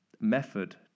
method